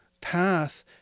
path